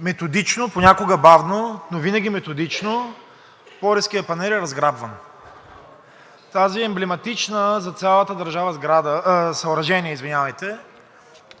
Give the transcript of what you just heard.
методично, понякога бавно, но винаги методично, Пловдивският панаир е разграбван. Това емблематично за цялата държава съоръжение е